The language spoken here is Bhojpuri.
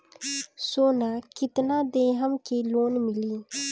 सोना कितना देहम की लोन मिली?